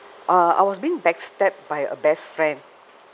uh I was being backstabbed by a best friend